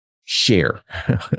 share